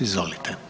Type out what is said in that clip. Izvolite.